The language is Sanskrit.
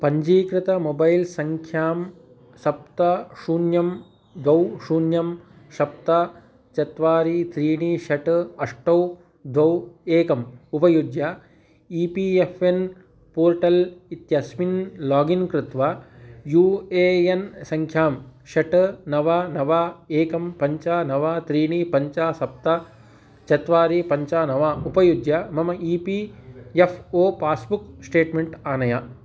पञ्चीकृतमोबैल्सङ्ख्यां सप्त शून्यं द्वौ शून्यं सप्त चत्वारि त्रीणि षट् अष्टौ द्वौ एकम् उपयुज्य E P F N portal इत्यस्मिन् लागिन् कृत्वा यू ए एन् सङ्ख्यां षट् नव नव एकं पञ्च नव त्रीणि पञ्च सप्त चत्वारि पञ्च नव उपयुज्य मम E P F O passbook statement आनय